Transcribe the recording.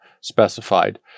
specified